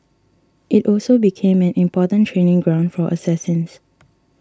it also became an important training ground for assassins